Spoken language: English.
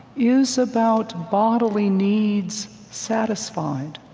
is about bodily needs satisfied.